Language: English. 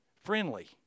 friendly